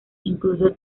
incluso